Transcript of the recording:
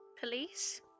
police